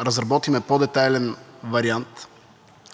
разработим по-детайлен вариант,